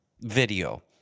video